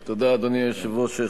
תודה, אדוני היושב-ראש.